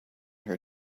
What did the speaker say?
her